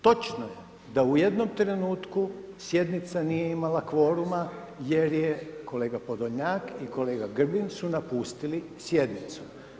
Točno je da u jednom trenutku sjednica nije imala kvoruma jer je kolega Podolnjak i kolega Grbin su napustili sjednicu.